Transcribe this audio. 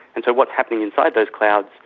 and so what's happening inside those clouds,